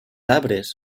arbres